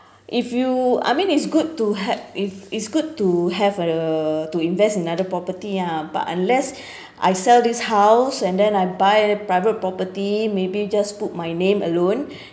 if you I mean it's good to have if it's good to have a to invest another property ah but unless I sell this house and then I buy private property maybe just put my name alone